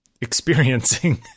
experiencing